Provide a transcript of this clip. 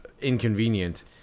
inconvenient